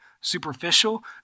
superficial